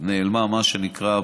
מה שנקרא,